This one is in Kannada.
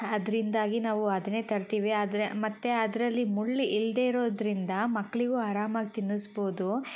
ಅದರಿಂದಾಗಿ ನಾವು ಅದನ್ನೇ ತರ್ತೀವಿ ಆದರೆ ಮತ್ತು ಅದರಲ್ಲಿ ಮುಳ್ಳು ಇಲ್ಲದೆ ಇರೋದ್ರಿಂದ ಮಕ್ಕಳಿಗೂ ಆರಾಮಾಗಿ ತಿನ್ನಸ್ಬೋದು